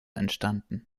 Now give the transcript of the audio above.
entstanden